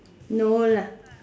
no lah